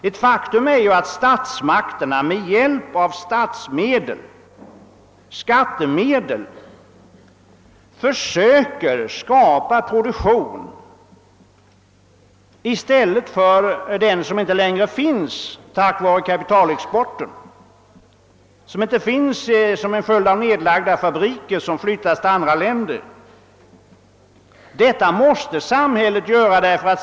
Ett faktum är att statsmakterna med hjälp av skattemedel måste försöka skapa sysselsättning i stället för den som inte längre finns till följd av kapitalexporten och nedlagda fabriker, vilka etablerats på nytt i andra länder.